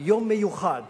יום מיוחד